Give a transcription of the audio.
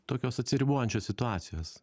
tokios atsiribojančios situacijos